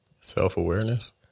Self-awareness